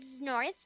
North